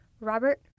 Robert